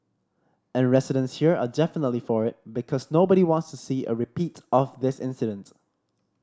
and residents here are definitely for it because nobody wants to see a repeat of this incident